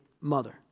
mother